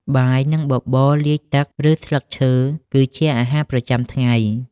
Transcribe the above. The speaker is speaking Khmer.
បាយ និងបបរលាយទឹក ឬស្លឹកឈើគឺជាអាហារប្រចាំថ្ងៃ។